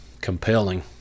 compelling